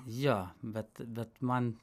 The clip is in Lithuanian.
jo bet bet man